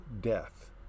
death